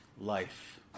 life